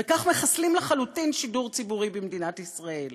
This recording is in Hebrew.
וכך מחסלים לחלוטין שידור ציבורי במדינת ישראל,